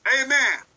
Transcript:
Amen